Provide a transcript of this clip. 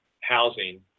housing